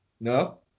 no